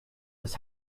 was